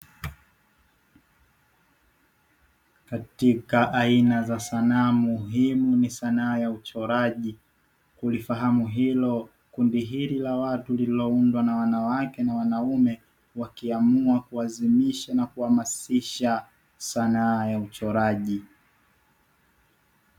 Katika aina za sanaa muhimu hii ni sanaa ya uchoraji kulifahamu hilo kundi hili la watu lililoundwa na wanawake na wanaume wakiamua kuazimisha na kuhamasisha sanaa ya uchoraji.